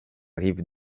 rive